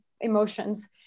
emotions